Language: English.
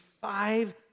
five